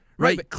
Right